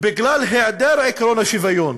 בגלל היעדר עקרון השוויון